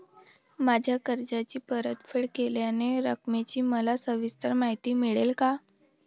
माझ्या कर्जाची परतफेड केलेल्या रकमेची मला सविस्तर माहिती मिळेल का?